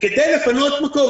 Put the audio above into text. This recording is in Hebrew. כדי לפנות מקום.